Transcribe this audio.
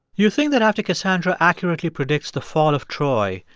you'd think that after cassandra accurately predicts the fall of troy,